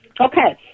okay